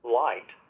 light